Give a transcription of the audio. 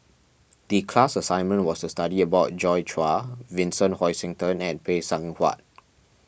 the class assignment was to study about Joi Chua Vincent Hoisington and Phay Seng Whatt